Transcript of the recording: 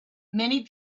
many